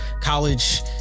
college